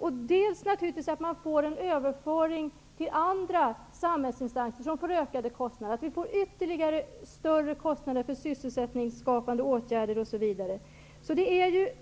För det andra sker det en överföring till andra samhällsinsatser, vars kostnader ökar. Vi kan t.ex. få ytterligare kostnadsökningar för sysselsättningsskapande åtgärder. Det är alltså